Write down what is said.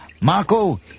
Marco